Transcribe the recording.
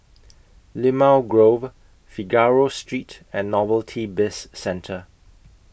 Limau Grove Figaro Street and Novelty Bizcentre